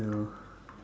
ya lor